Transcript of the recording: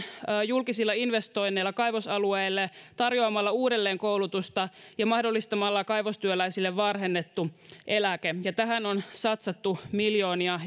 julkisilla investoinneilla kaivosalueille tarjoamalla uudelleenkoulutusta ja mahdollistamalla kaivostyöläisille varhennettu eläke ja tähän on satsattu miljoonia